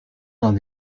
dans